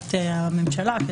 לבקשת הממשלה.